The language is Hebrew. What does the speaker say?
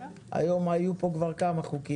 היום היו פה מספר חוקים.